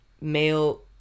male